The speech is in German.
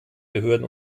behörden